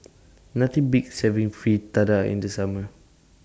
Nothing Beats having Fritada in The Summer